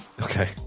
Okay